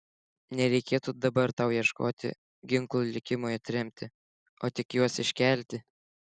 nereikėtų dabar tau ieškoti ginklų likimui atremti o tik juos iškelti